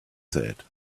said